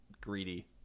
greedy